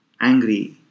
angry